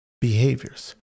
behaviors